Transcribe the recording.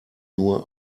nur